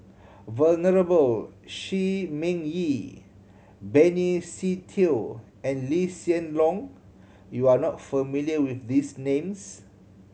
Venerable Shi Ming Yi Benny Se Teo and Lee Hsien Loong you are not familiar with these names